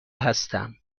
هستم